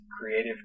creative